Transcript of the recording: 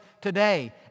today